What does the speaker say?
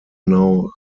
now